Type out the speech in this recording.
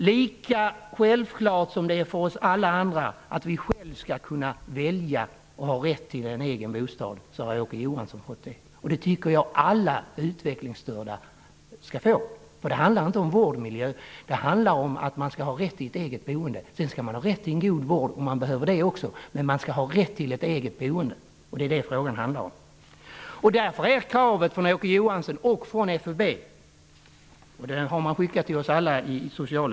Lika självklart som det är för oss andra att vi skall få välja själva och ha rätt till en egen bostad, har Åke Johansson fått den rätten. Jag tycker att alla utvecklingsstörda skall få den rätten. Det handlar inte om vårdmiljö. Det handlar om att ha rätt till ett eget boende. Sedan skall de också har rätt till en god vård om de behöver det. Men de skall ha rätt till ett eget boende, och det är detta frågan handlar om. Kravet från Åke Johansson och FUB -- det har alla i socialutskottet fått veta -- är följande.